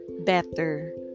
better